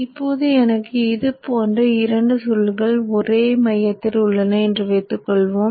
இப்போது எனக்கு இது போன்ற இரண்டு சுருள்கள் ஒரே மையத்தில் உள்ளன என்று வைத்துக்கொள்வோம்